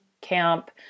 camp